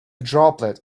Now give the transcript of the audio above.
droplet